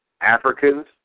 Africans